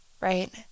right